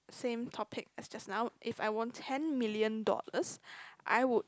same topic as just now if I won ten million dollars I would